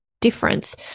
difference